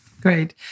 Great